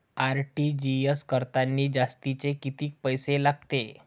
RTGS करतांनी जास्तचे कितीक पैसे लागते?